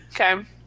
Okay